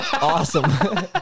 Awesome